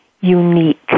unique